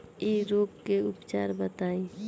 इ रोग के उपचार बताई?